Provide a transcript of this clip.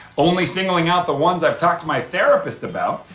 only singling out the ones i've talked to my therapist about,